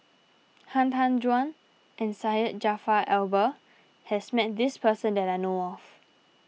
Han Tan Juan and Syed Jaafar Albar has met this person that I know of